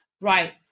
right